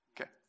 Okay